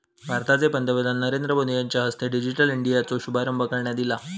भारताचे पंतप्रधान नरेंद्र मोदी यांच्या हस्ते डिजिटल इंडियाचो शुभारंभ करण्यात ईला